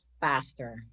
faster